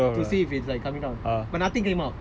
to see if it's like coming out but nothing came out